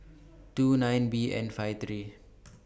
two nine B N five three